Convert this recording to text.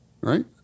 right